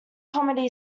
comedy